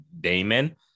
Damon